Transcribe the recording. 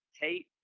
Tate